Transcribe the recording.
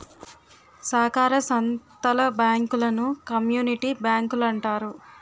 సాకార సంత్తల బ్యాంకులను కమ్యూనిటీ బ్యాంకులంటారు